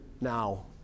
now